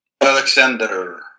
Alexander